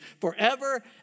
forever